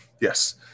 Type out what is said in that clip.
Yes